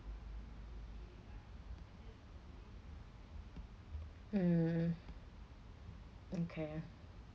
mm okay